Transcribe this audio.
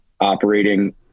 operating